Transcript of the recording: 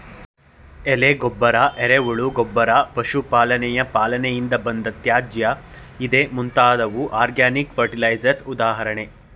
ಎಲೆ ಗೊಬ್ಬರ, ಎರೆಹುಳು ಗೊಬ್ಬರ, ಪಶು ಪಾಲನೆಯ ಪಾಲನೆಯಿಂದ ಬಂದ ತ್ಯಾಜ್ಯ ಇದೇ ಮುಂತಾದವು ಆರ್ಗ್ಯಾನಿಕ್ ಫರ್ಟಿಲೈಸರ್ಸ್ ಉದಾಹರಣೆ